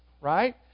right